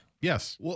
Yes